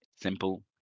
simple